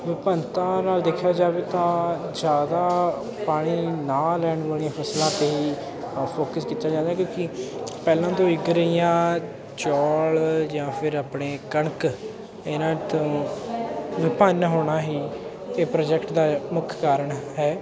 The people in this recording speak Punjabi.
ਵਿਭਿੰਨਤਾ ਨਾਲ ਦੇਖਿਆ ਜਾਵੇ ਤਾਂ ਜ਼ਿਆਦਾ ਪਾਣੀ ਨਾ ਲੈਣ ਵਾਲੀਆਂ ਫਸਲਾਂ 'ਤੇ ਹੀ ਫੋਕਸ ਕੀਤਾ ਜਾ ਰਿਹਾ ਕਿਉਂਕਿ ਪਹਿਲਾਂ ਤੋਂ ਵਿਕ ਰਹੀਆਂ ਚੌਲ ਜਾਂ ਫਿਰ ਆਪਣੀ ਕਣਕ ਇਹਨਾਂ ਤੋਂ ਵਿਭਿੰਨ ਹੋਣਾ ਹੀ ਇਹ ਪ੍ਰੋਜੈਕਟ ਦਾ ਮੁੱਖ ਕਾਰਨ ਹੈ